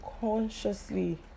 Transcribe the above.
consciously